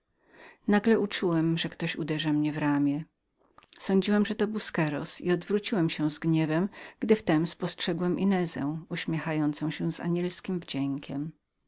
nagle uczułem że ktoś uderzył mnie w ramię mniemałem że to był busqueros i odwróciłem się z gniewem gdy w tem spostrzegłem inezę uśmiechającą się z anielskim wdziękiem